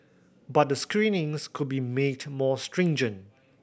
but the screenings could be made more stringent